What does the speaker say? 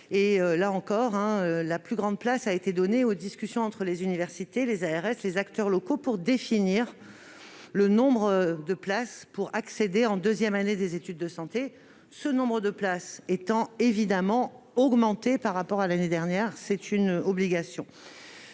Là encore, la plus grande place a été donnée aux discussions entre les universités, les ARS et les acteurs locaux pour définir le nombre de places offertes en deuxième année d'études de santé ; ce nombre a évidemment été augmenté par rapport à l'année dernière, puisque c'est une obligation.